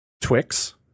Twix